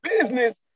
business